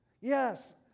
yes